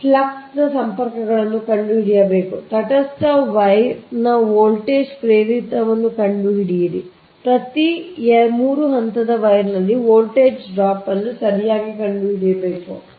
flux ಸಂಪರ್ಕಗಳನ್ನು ಕಂಡುಹಿಡಿಯಬೇಕು ತಟಸ್ಥ ವೈರ್ನಲ್ಲಿ ವೋಲ್ಟೇಜ್ ಪ್ರೇರಿತವನ್ನು ಕಂಡುಹಿಡಿಯಿರಿ ಮತ್ತು ಪ್ರತಿ 3 ಹಂತದ ವೈರ್ನಲ್ಲಿ ವೋಲ್ಟೇಜ್ ಡ್ರಾಪ್ ಅನ್ನು ಸರಿಯಾಗಿ ಕಂಡುಹಿಡಿಯಬೇಕು